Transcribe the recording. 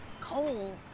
Cole